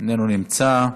איננו נמצא.